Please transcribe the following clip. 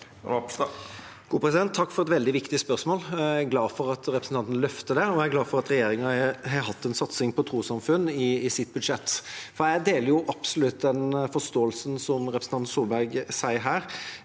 Takk for et veldig viktig spørsmål. Jeg er glad for at representanten løfter det. Jeg er også glad for at regjeringa har hatt en satsing på trossamfunn i sitt budsjett, for jeg deler absolutt den forståelsen som representanten Solberg har her